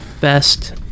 best